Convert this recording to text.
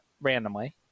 randomly